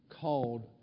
called